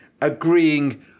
agreeing